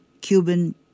Cuban